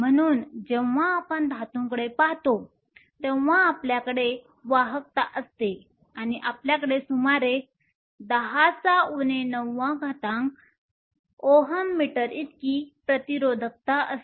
म्हणून जेव्हा आपण धातूंकडे पाहतो तेव्हा आपल्याकडे वाहकता असते किंवा आपल्याकडे सुमारे 10 9 Ω m इतकी प्रतिरोधकता असते